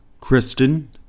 Kristen